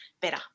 better